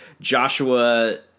Joshua